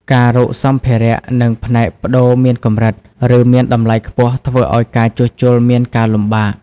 ការរកសម្ភារៈ និងផ្នែកប្តូរមានកម្រិត ឬមានតម្លៃខ្ពស់ ធ្វើឲ្យការជួសជុលមានការលំបាក។